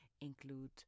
include